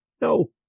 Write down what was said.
no